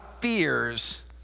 fears